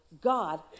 God